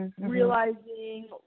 Realizing